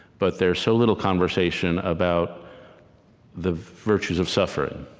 but there is so little conversation about the virtues of suffering,